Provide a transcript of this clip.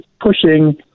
pushing